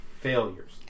Failures